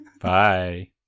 Bye